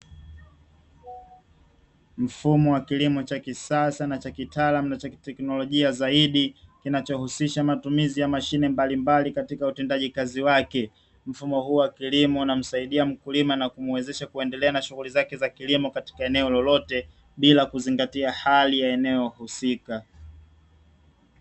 Mfumo wa kilimo cha kisasa na cha kitaalamu na cha kiteknolojia zaidi kinachohusisha matumizi ya mashine mbalimbali katika utendaji kazi wake. Mfumo huu wa kilimo unamsaidia mkulima na kumuwezesha kuendelea na shughuli zake za kilimo katika eneo lolote bila kuzingatia eneo husika.